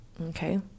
Okay